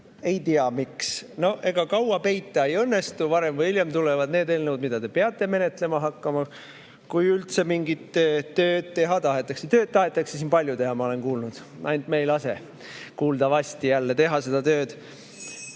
Ei tea, miks. No ega kaua peita ei õnnestu, varem või hiljem tulevad siia need eelnõud, mida te peate menetlema hakkama, kui üldse mingit tööd teha tahetakse. Tööd tahetakse siin palju teha, ma olen kuulnud, ainult me ei lase kuuldavasti teha seda tööd. Aga